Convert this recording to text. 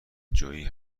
جویی